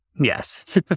Yes